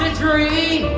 ah tree